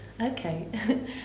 Okay